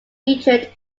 featured